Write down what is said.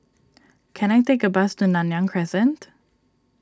can I take a bus to Nanyang Crescent